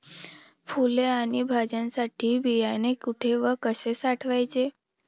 फुले आणि भाज्यांसाठी बियाणे कुठे व कसे साठवायचे?